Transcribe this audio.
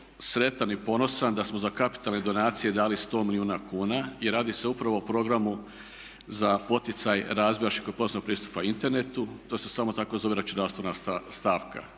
sretan i ponosan da smo za kapitalne donacije dali 100 milijuna kuna i radi se upravo o programu za poticaj razvoja širokopojasnog pristupa internetu. To se samo tako zove računalstvena stavka.